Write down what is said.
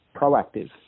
proactive